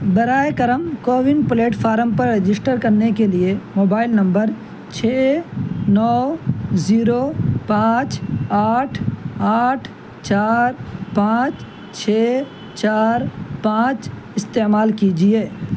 براہِ کرم کوو پلیٹفارم پر رجسٹر کرنے کے لیے موبائل نمبر چھ نو زیرو پانچ آٹھ آٹھ چار پانچ چھ چار پانچ استعمال کیجیے